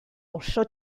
oso